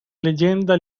leyenda